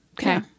Okay